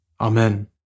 Amen